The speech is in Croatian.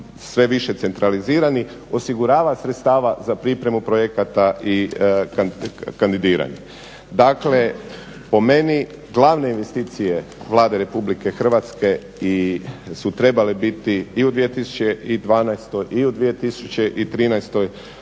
sve više centralizirani, osigurava sredstava za pripremu projekata i kandidiranje. Dakle po meni glavne investicije Vlade Republike Hrvatske su trebale biti i u 2012. i u 2013.